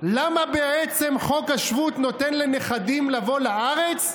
למה בעצם חוק השבות נותן לנכדים לבוא לארץ?